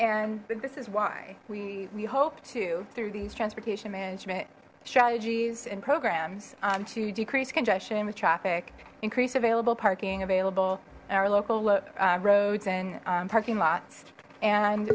and this is why we we hope to through these transportation management strategies and programs to decrease congestion in with traffic increase available parking available our local look roads and parking lots and